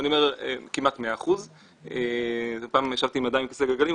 אני אומר כמעט 100%. פעם ישבתי עם אדם בכיסא גלגלים,